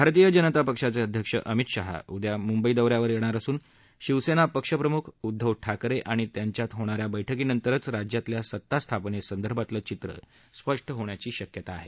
भारतीय जनता पक्षाचे अध्यक्ष अमित शहा उद्या मुंबई दौऱ्यावर येणार असून शिवसेना प्रमुख उद्दव ठाकरे आणि त्यांच्यात होणाऱ्या बैठकीनंतरच राज्यातल्या सत्तास्थापने संदर्भातलं चित्र स्पष्ट होण्याची शक्यता आहे